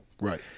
Right